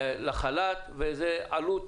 לחל"ת, זו עלות